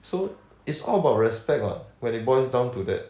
so it's all about respect what when it boils down to that